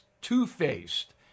Two-faced